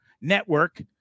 network